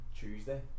Tuesday